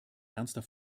ernster